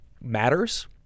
matters